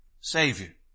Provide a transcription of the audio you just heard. Savior